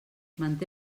manté